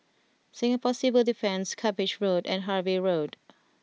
Singapore Civil Defence Cuppage Road and Harvey Road